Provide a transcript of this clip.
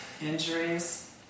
injuries